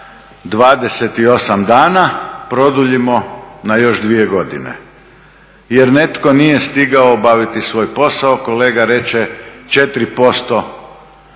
28 dana produljimo na još dvije godine jer netko nije stigao obaviti svoj posao, kolega reče 4%